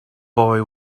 boy